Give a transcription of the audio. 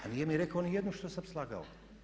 A nije mi rekao ni jednu što sam slagao.